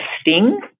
sting